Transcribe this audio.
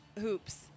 hoops